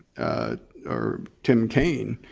or tim kaine,